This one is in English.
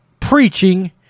Preaching